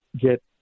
get